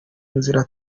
nzira